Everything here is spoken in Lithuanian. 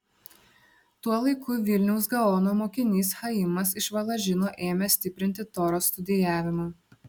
tuo laiku vilniaus gaono mokinys chaimas iš valažino ėmė stiprinti toros studijavimą